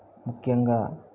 ముఖ్యంగా